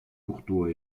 courtois